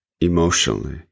emotionally